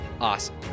Awesome